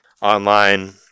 online